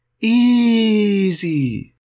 Easy